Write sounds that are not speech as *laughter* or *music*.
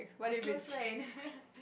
a close friend *laughs*